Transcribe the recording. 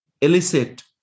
elicit